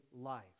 life